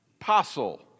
Apostle